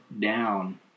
down